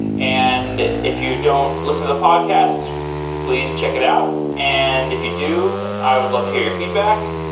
and if you don't listen to podcasts, please check it out. and if you do, i would love to hear your feedback,